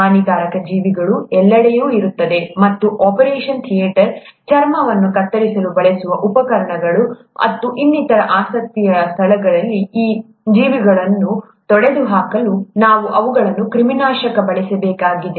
ಹಾನಿಕಾರಕ ಜೀವಿಗಳು ಎಲ್ಲೆಡೆಯೂ ಇರುತ್ತವೆ ಮತ್ತು ಆಪರೇಷನ್ ಥಿಯೇಟರ್ ಚರ್ಮವನ್ನು ಕತ್ತರಿಸಲು ಬಳಸುವ ಉಪಕರಣಗಳು ಮತ್ತು ಇನ್ನಿತರ ಆಸಕ್ತಿಯ ಸ್ಥಳದಲ್ಲಿ ಈ ಜೀವಿಗಳನ್ನು ತೊಡೆದುಹಾಕಲು ನಾವು ಅವುಗಳನ್ನು ಕ್ರಿಮಿನಾಶಕಗೊಳಿಸಬೇಕಾಗಿದೆ